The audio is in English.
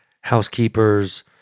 housekeepers